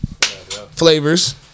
flavors